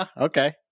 Okay